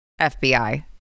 FBI